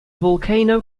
volcano